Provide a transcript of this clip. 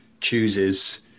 chooses